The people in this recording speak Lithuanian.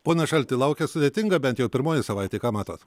pone šalti laukia sudėtinga bent jau pirmoji savaitė ką matot